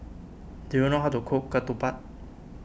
do you know how to cook Ketupat